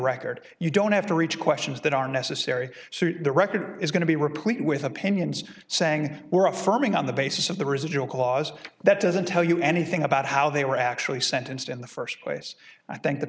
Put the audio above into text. record you don't have to reach questions that are necessary so the record is going to be replete with opinions saying we're affirming on the basis of the residual clause that doesn't tell you anything about how they were actually sentenced in the first place and i thank the